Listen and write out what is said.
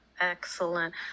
excellent